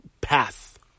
path